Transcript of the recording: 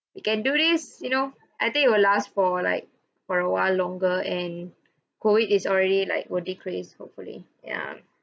we can do this you know I think it'll last for like for awhile longer and COVID is already like will decrease hopefully ya